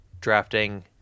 drafting